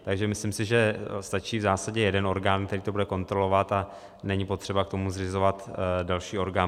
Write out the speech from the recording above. Takže si myslím, že stačí v zásadě jeden orgán, který to bude kontrolovat, a není potřeba k tomu zřizovat další orgán.